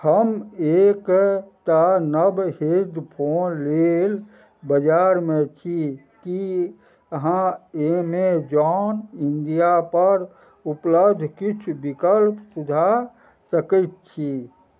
हम एकटा नव हेड फोन लेल बजारमे छी की अहाँ एमेजॉन इण्डियापर उपलब्ध किछु विकल्प सुझा सकय छी